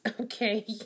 Okay